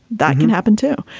that can happen, too.